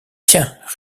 tiens